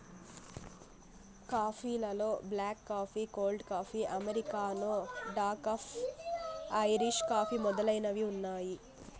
coffee లలో black coffee, cold coffee, americano, decaf, Irish coffee మొదలైనవి ఉన్నాయి